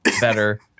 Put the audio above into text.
better